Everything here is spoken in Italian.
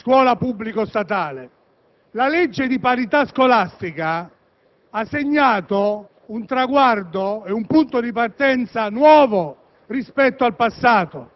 situazione costituzionale nel sistema scolastico è diversa da quella